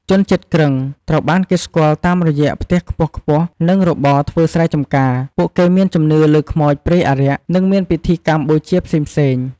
ជនជាតិគ្រឹង ត្រូវបានគេស្គាល់តាមរយៈផ្ទះខ្ពស់ៗ និងរបរធ្វើស្រែចម្ការ ពួកគេមានជំនឿលើខ្មោចព្រាយអារក្ស និងមានពិធីកម្មបូជាផ្សេងៗ។